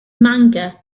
manga